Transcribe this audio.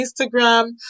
Instagram